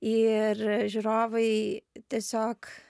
ir žiūrovai tiesiog